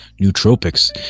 nootropics